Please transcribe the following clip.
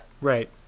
Right